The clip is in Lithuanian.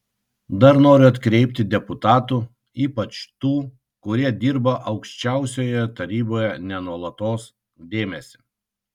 dar noriu atkreipti deputatų ypač tų kurie dirba aukščiausiojoje taryboje ne nuolatos dėmesį